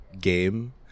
game